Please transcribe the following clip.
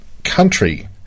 Country